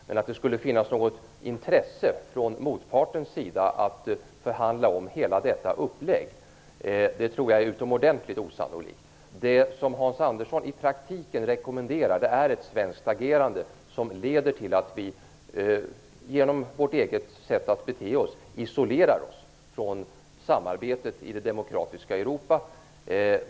Men att det skulle finnas något intresse från motpartens sida av att förhandla om hela detta upplägg, tror jag är mycket osannolikt. I praktiken rekommenderar Hans Andersson ett svenskt agerande som skulle leda till att vi, genom vårt eget sätt att bete oss, isolerar oss från samarbetet i det demokratiska Europa.